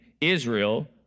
Israel